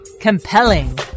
Compelling